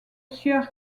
sieur